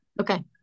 Okay